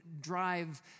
drive